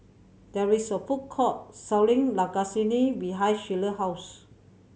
there is a food court selling Lasagne behind Shelia house